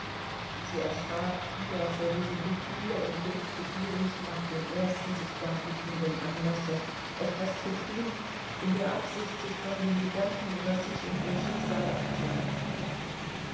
sie erschrak wieder vor diesem gefühle und griff begierig nach dem ersten sich darbietenden anlasse etwas zu tun in der absicht sich von den gedanken über sich und ihr schicksal abzulenken